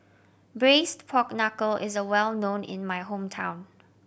Braised Pork Knuckle is well known in my hometown